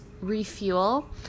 refuel